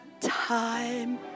time